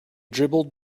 dribbled